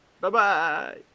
Bye-bye